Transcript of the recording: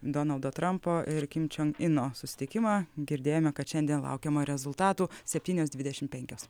donaldo trampo ir kim čion ino susitikimą girdėjome kad šiandien laukiama rezultatų septynios dvidešimt penkios